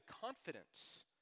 confidence